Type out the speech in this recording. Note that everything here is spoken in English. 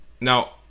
Now